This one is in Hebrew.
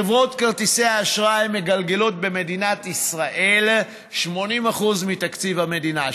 חברות כרטיסי האשראי מגלגלות במדינת ישראל 80% מתקציב המדינה,